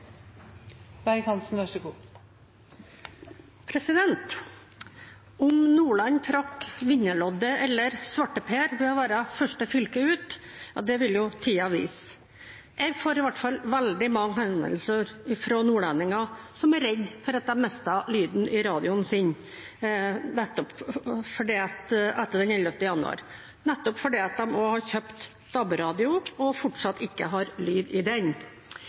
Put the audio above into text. Om Nordland trakk vinnerloddet eller svarteper ved å være første fylke ut, vil tiden vise. Jeg får i hvert fall veldig mange henvendelser fra nordlendinger som er redd for at de mister lyden i radioen etter den 11. januar, nettopp fordi de har kjøpt DAB-radio og fortsatt ikke har lyd i den.